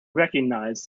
recognize